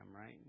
right